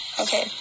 okay